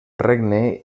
regne